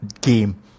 game